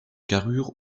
carrure